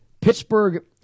Pittsburgh